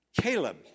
Caleb